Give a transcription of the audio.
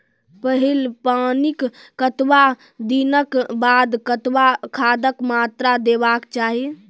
पहिल पानिक कतबा दिनऽक बाद कतबा खादक मात्रा देबाक चाही?